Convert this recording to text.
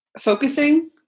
focusing